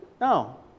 No